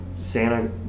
Santa